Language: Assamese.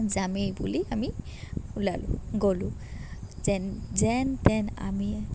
যামেই বুলি আমি ওলালোঁ গ'লোঁ যেন যেন তেন আমি